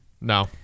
no